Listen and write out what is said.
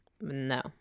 No